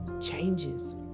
changes